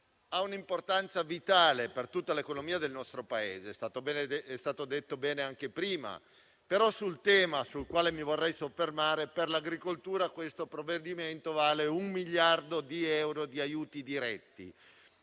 ha un'importanza vitale per tutta l'economia del nostro Paese, com'è stato detto bene anche prima. Tuttavia, relativamente al tema sul quale mi vorrei soffermare, l'agricoltura, questo provvedimento vale un miliardo di euro di aiuti diretti.